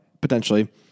potentially